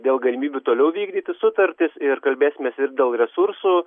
dėl galimybių toliau vykdyti sutartis ir kalbėsimės ir dėl resursų